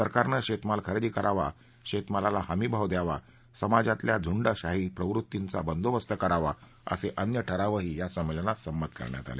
सरकारनं शेतमाल खरेदी करावा शेतमालाला हमी भाव द्यावा समाजातल्या झुंडशाही प्रवृत्तींचा बंदोबस्त करावा असे अन्य ठरावही या संमेलनात संमत करण्यात आले